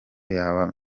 yaba